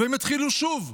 והם יתחילו שוב.